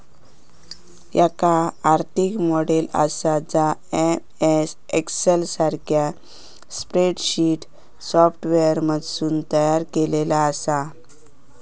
याक आर्थिक मॉडेल आसा जा एम.एस एक्सेल सारख्या स्प्रेडशीट सॉफ्टवेअरमधसून तयार केलेला आसा